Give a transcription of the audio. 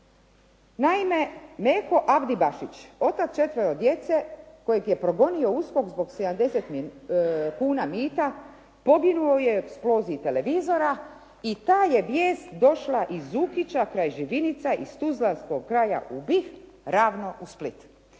Naime, Meho Abdibašić otac četvero djece kojeg je progonio USKOK zbog 70 kuna mita poginuo je u eksploziji televizora i ta je vijest došla iz Ukića kraj Živinica iz tuzlanskog kraja u BiH ravno u Split.